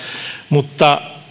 mutta